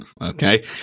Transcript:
okay